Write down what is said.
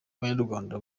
banyarwanda